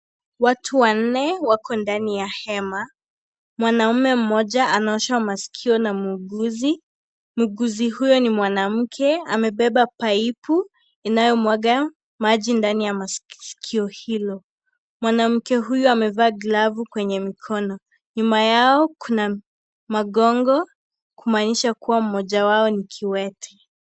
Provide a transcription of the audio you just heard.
Watu wanne wako ndani ya hema. Mwanaume mmoja anaoshwa masikio na muguzi. Muguzi huyo ni mwanamke, amebeba paipu inayomwaga maji ndani ya sikio hilo. Mwanamke huyo amevaa glavu kwenye mkono. Nyuma yao kuna magongo kumaanisha kuwa mmoja wao ni kiwete.